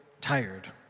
tired